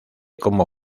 como